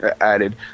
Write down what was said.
added